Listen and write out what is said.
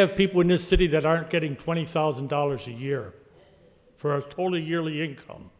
have people in this city that aren't getting twenty thousand dollars a year for of totally yearly income